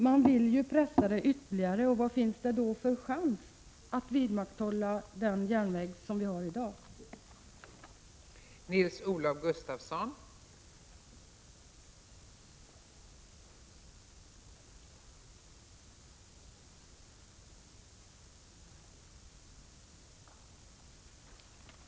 Man vill ju pressa det ytterligare, och vad finns det då för chans att vidmakthålla den järnväg som vi har i Sverige i dag?